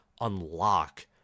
unlock